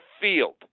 field